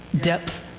depth